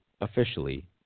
officially